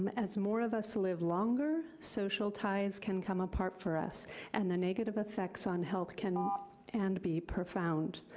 um as more of us live longer, social ties can come apart for us and the negative effects on health can um and be profound.